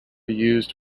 used